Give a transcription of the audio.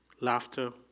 laughter